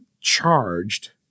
charged